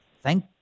thank